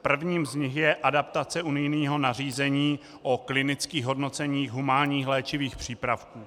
Prvním z nich je adaptace unijního nařízení o klinických hodnoceních humánních léčivých přípravků.